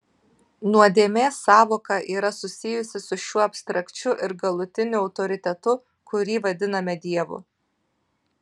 nuodėmės sąvoka yra susijusi su šiuo abstrakčiu ir galutiniu autoritetu kurį vadiname dievu